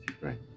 Right